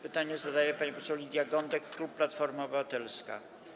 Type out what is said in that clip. Pytanie zadaje pani poseł Lidia Gądek, klub Platforma Obywatelska.